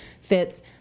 fits